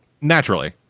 Naturally